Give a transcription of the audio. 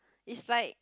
it's like